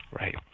Right